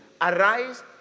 Arise